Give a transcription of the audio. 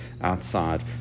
outside